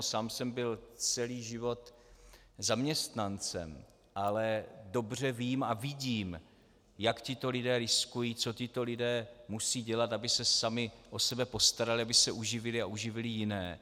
Sám jsem byl celý život zaměstnancem, ale dobře vím a vidím, jak tito lidé riskují, co tito lidé musí dělat, aby se sami o sebe postarali, aby se uživili a uživili jiné.